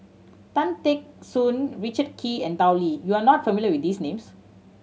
Tan Teck Soon Richard Kee and Tao Li you are not familiar with these names